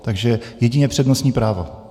Takže jedině přednostní právo.